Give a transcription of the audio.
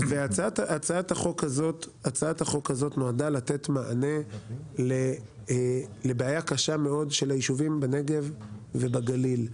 הצעת החוק הזאת נועדה לתת מענה לבעיה קשה מאוד של היישובים בנגב ובגליל.